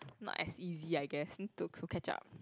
not as easy I guess to to catch up